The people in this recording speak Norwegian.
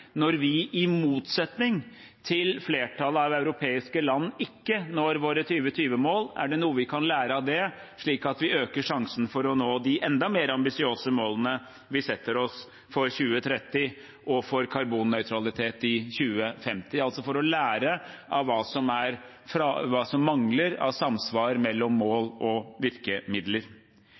når vi i motsetning til flertallet av europeiske land ikke når våre 2020-mål. Er det noe vi kan lære av det, slik at vi øker sjansen for å nå de enda mer ambisiøse målene vi setter oss for 2030, og for karbonnøytralitet i 2050, altså lære hva som mangler av samsvar mellom mål og virkemidler?